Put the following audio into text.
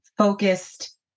focused